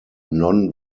non